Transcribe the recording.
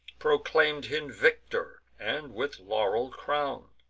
proclaim'd him victor, and with laurel-crown'd.